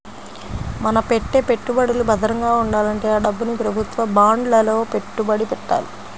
మన పెట్టే పెట్టుబడులు భద్రంగా ఉండాలంటే ఆ డబ్బుని ప్రభుత్వ బాండ్లలో పెట్టుబడి పెట్టాలి